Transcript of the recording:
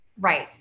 Right